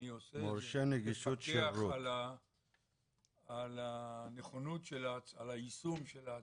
עושה את זה ומפקח על נכונות והיישום של ההצהרות?